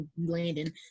landon